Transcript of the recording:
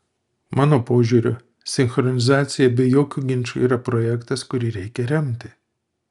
mano požiūriu sinchronizacija be jokių ginčų yra projektas kurį reikia remti